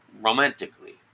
romantically